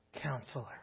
Counselor